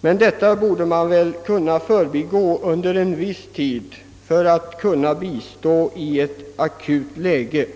men detta borde man kunna förbigå under en viss tid för att bistå i ett akut läge.